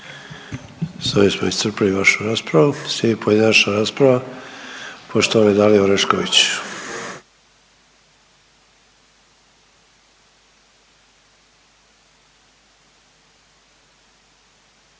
S ovim smo iscrpili vašu raspravu. Slijedi pojedinačna rasprava poštovane Dalije Orešković.